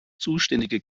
zuständige